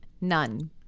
None